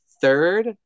third